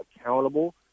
accountable